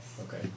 Okay